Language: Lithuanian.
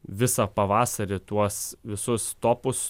visą pavasarį tuos visus topus